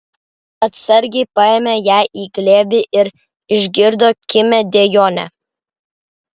atsargiai paėmė ją į glėbį ir išgirdo kimią dejonę